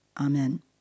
Amen